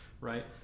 right